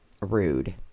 rude